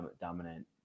dominant